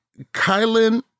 Kylan